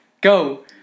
Go